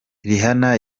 rihanna